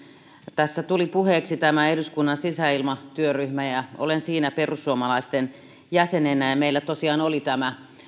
tässä tuli puheeksi eduskunnan sisäilmatyöryhmä ja olen siinä perussuomalaisten jäsenenä meillä tosiaan oli tämä